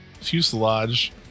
fuselage